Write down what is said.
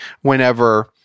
whenever